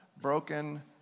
broken